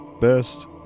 best